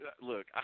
Look